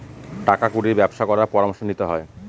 টাকা কুড়ির ব্যবসা করার পরামর্শ নিতে হয়